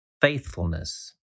faithfulness